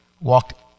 walked